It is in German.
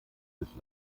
dieses